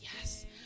Yes